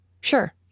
Sure